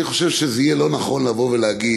אני חושב שיהיה לא נכון להגיד